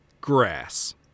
Grass